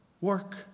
work